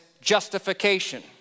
justification